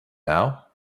now